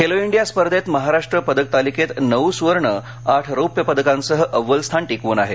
Khelo India स्पर्धेत महाराष्ट्र पदकतालिकेत नऊ सूवर्ण आठ रौप्य पदकांसह अव्वल स्थान टिकवून आहे